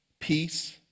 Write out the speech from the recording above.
peace